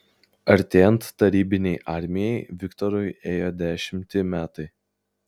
artėjant tarybinei armijai viktorui ėjo dešimti metai